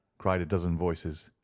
cried a dozen voices.